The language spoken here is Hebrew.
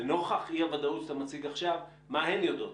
לנוכח אי הוודאות שאתה מציג עכשיו, מה הן יודעות?